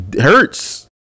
hurts